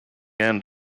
end